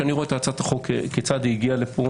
כשאני רואה את הצעת החוק כיצד היא הגיעה לכאן,